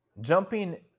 Jumping